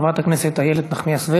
חברת הכנסת איילת נחמיאס ורבין,